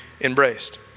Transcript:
embraced